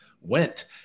went